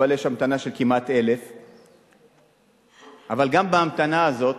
אבל יש המתנה של כמעט 1,000. אבל גם בהמתנה הזאת,